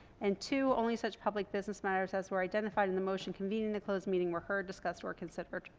and two only such public business matters as were identified in the motion convening the closed meeting were heard, discussed, or considered.